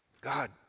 God